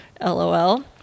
LOL